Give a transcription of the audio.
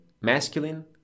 masculine